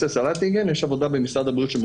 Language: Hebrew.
בדחיפות לבחינה של היערכות משרד הבריאות בתחום